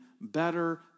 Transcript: better